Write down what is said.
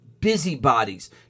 busybodies